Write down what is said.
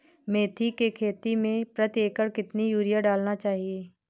मेथी के खेती में प्रति एकड़ कितनी यूरिया डालना चाहिए?